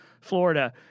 Florida